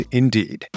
indeed